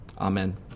Amen